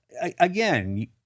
again